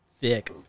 Thick